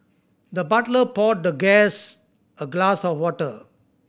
the butler poured the guest a glass of water